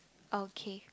okay